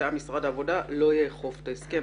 מטעם משרד העבודה לא יאכוף את ההסכם הזה.